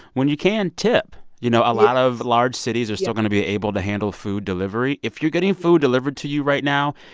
when you can, tip. you know, a lot of large cities are still going to be able to handle food delivery. if you're getting food delivered to you right now,